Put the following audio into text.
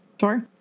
Sorry